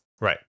right